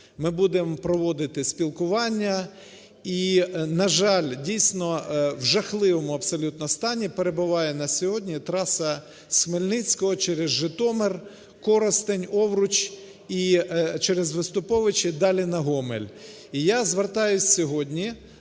ми будемо проводити спілкування? І, на жаль, дійсно, в жахливому абсолютно стані перебуває на сьогодні траса з Хмельницького через Житомир, Коростень, Овруч і через Виступовичі далі на Гомель. І я звертаюся сьогодні